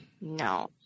no